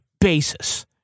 basis